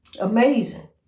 Amazing